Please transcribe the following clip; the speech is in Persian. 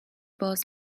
باز